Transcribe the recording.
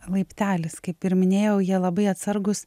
laiptelis kaip ir minėjau jie labai atsargūs